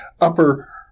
upper